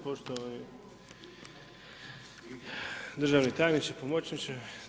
Poštovani državni tajniče, pomoćniče.